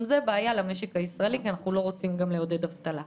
זו בעיה למשק הישראלי כי אנחנו לא רוצים לעודד אבטלה.